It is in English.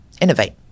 innovate